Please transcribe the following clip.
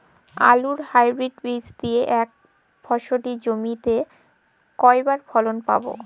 আলুর হাইব্রিড বীজ দিয়ে এক ফসলী জমিতে কয়বার ফলন পাব?